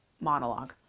monologue